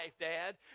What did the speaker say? dad